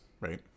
right